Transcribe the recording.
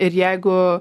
ir jeigu